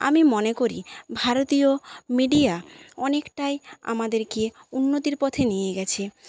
আমি মনে করি ভারতীয় মিডিয়া অনেকটাই আমাদেরকে উন্নতির পথে নিয়ে গেছে